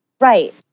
Right